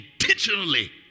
Intentionally